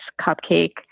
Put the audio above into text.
cupcake